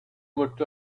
looked